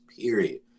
period